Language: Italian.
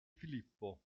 filippo